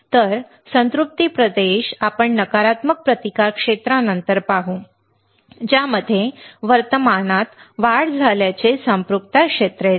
तर संतृप्ति प्रदेश आपण नकारात्मक प्रतिकार क्षेत्रानंतर पाहू ज्यामध्ये वर्तमानात वाढ झाल्याचे संपृक्तता क्षेत्र येते